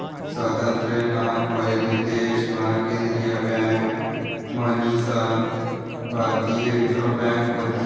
स्वातंत्र्य ना पयले देश मा केंद्रीय बँक मन्हीसन भारतीय रिझर्व बँक व्हती